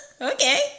Okay